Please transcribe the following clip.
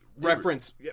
reference